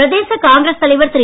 பிரதேச Congress தலைவர் திரு